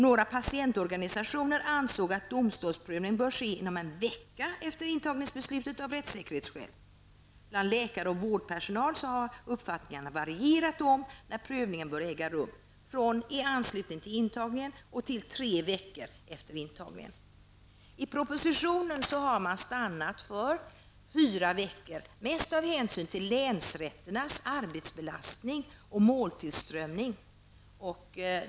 Några patientorganisationer ansåg att domstolsprövning av rättssäkerhetsskäl bör ske inom en vecka efter intagningsbeslutet. Bland läkare och vårdpersonal varierade uppfattningar om när prövningen bör äga rum, från ''i anslutning till intagningen'' till ''tre veckor'' efter intagningen. I propositionen har man stannat för fyra veckor, mest av hänsyn till länsrätternas arbetsbelastning och måltillströmning.